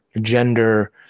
gender